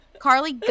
Carly